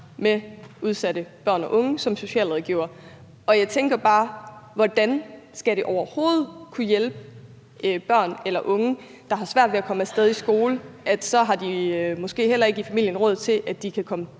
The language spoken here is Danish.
med udsatte børn og unge som socialrådgiver. Og jeg tænker bare: Hvordan skal det overhovedet kunne hjælpe børn eller unge, der har svært ved at komme af sted i skole, at de så måske i familien heller ikke har råd til, at de kan komme